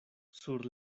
sur